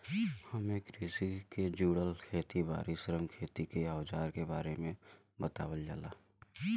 एमे कृषि के जुड़ल खेत बारी, श्रम, खेती के अवजार के बारे में बतावल जाला